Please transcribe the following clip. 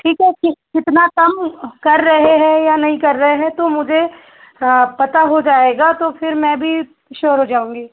ठीक है फिर कितना कम कर रहे है या नहीं कर रहे तो मुझे अ पता हो जाएगा तो फिर मैं भी श्योर हो जाऊंगी